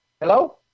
Hello